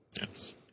Yes